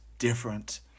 Different